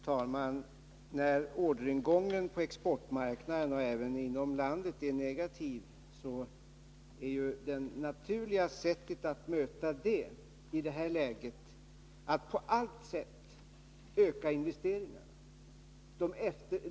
Herr talman! När orderingången på exportmarknaden och även när marknaden inom landet är negativ, är det naturliga sättet att möta det läget att på allt sätt öka investeringarna.